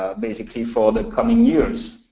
ah basically, for the coming years.